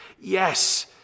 yes